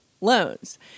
loans